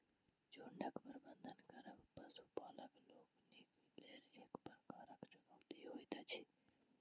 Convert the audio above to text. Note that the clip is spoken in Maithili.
झुंडक प्रबंधन करब पशुपालक लोकनिक लेल एक प्रकारक चुनौती होइत अछि